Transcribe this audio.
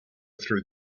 through